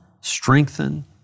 strengthen